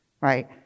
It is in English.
Right